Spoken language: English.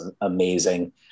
amazing